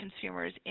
consumers